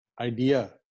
idea